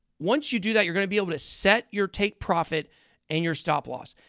once you do that, you're going to be able to set your take-profit and your stop-loss.